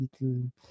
little